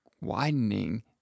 widening